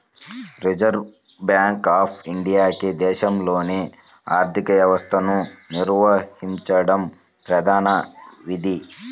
reserve Bank of ఇండియాకి దేశంలోని ఆర్థిక వ్యవస్థను నిర్వహించడం ప్రధాన విధి